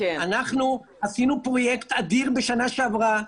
אנחנו עשינו פרויקט אדיר בשנה שעברה,